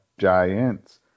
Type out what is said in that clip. giants